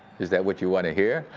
is that what you want to hear?